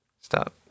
Stop